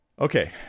Okay